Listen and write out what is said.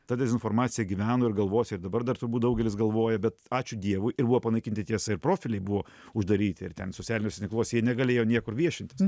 ta dezinformacija gyveno ir galvose ir dabar dar turbūt daugelis galvoja bet ačiū dievui ir buvo panaikinti tiesa ir profiliai buvo uždaryti ir ten socialiniuose tinkluose jie negalėjo niekur viešintis